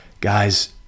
guys